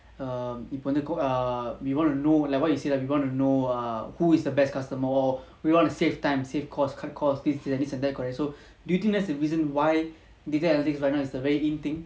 err இப்போவந்து:ipo vandhu err we want to know like what you say lah we want to know err who is the best customer or we want to save time save costs cut costs this this and that correct so do you think that's the reason why data analytics right now is the very in thing